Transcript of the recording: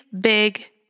big